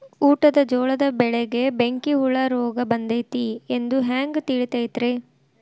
ಊಟದ ಜೋಳದ ಬೆಳೆಗೆ ಬೆಂಕಿ ಹುಳ ರೋಗ ಬಂದೈತಿ ಎಂದು ಹ್ಯಾಂಗ ತಿಳಿತೈತರೇ?